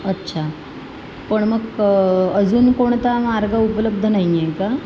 अच्छा पण मग अजून कोणता मार्ग उपलब्ध नाही आहे का